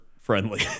friendly